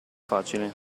facile